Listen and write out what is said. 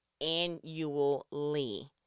annually